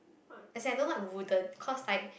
as in I don't want the wooden cause like